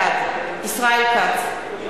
בעד ישראל כץ,